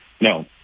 No